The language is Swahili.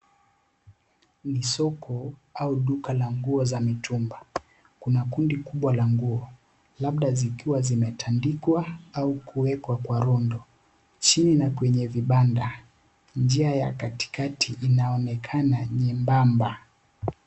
Ni soko au duka la nguo za mitumba, kuna kundi kubwa la nguo labda zikiwa zimetandikwa au kuwekwa kwa rondo, chini na kwenye vibanda njia ya katikati inaonekana nyembamba.